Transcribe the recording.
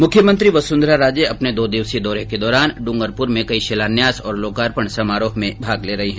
मुख्यमंत्री वसुंधरा राजे अपने दो दिवसीय दौरे के दौरान डूंगरपुर में कई शिलान्यास और लोकार्पण समारोह में भाग ले रही है